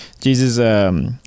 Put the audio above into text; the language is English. Jesus